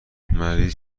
مریض